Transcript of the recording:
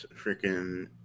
freaking